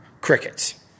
Crickets